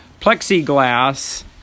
plexiglass